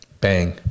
bang